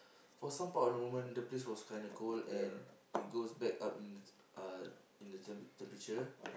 for some part of the moment the place was kinda cold and it goes back up in uh in the temp~ temperature